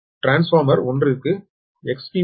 transformer 1 க்கு XT1 என்பது 0